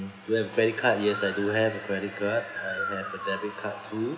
do you have a credit card yes I do have a credit card I have a debit card too